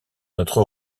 notre